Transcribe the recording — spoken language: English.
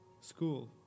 school